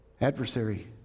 adversary